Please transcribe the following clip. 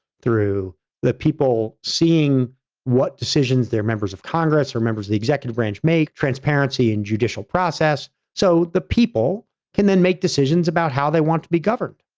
through the people seeing what decisions their members of congress or members of the executive branch make, transparency in judicial process, so the people can then make decisions about how they want to be governed.